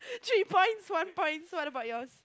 three point one point what about yours